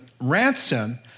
ransom